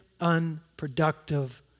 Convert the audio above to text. unproductive